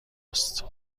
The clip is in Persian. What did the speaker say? است